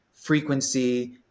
frequency